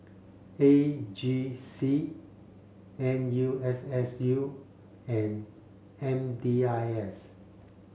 A G C N U S S U and M D I S